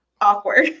awkward